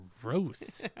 Gross